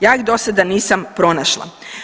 Ja ih dosada nisam pronašla.